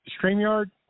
streamyard